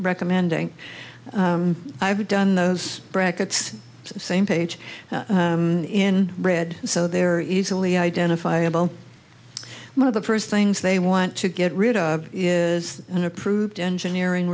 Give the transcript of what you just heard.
recommending i've done those brackets same page in red so they're easily identifiable one of the first things they want to get rid of is an approved engineering